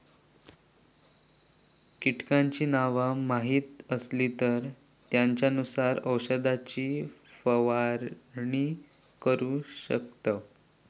कीटकांची नावा माहीत असली तर त्येंच्यानुसार औषधाची फवारणी करू शकतव